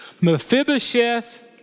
Mephibosheth